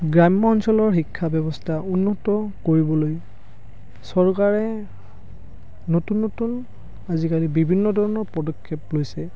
গ্ৰাম্য় অঞ্চলৰ শিক্ষা ব্য়ৱস্থা উন্নত কৰিবলৈ চৰকাৰে নতুন নতুন আজিকালি বিভিন্ন ধৰণৰ পদক্ষেপ লৈছে